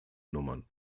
nummern